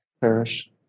perish